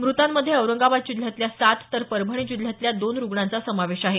मृतांमध्ये औरंगाबाद जिल्ह्यातल्या सात तर परभणी जिल्ह्यातल्या दोन रुग्णांचा समावेश आहे